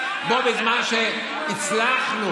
בו בזמן שאנחנו הצלחנו,